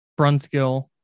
Brunskill